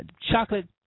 Chocolate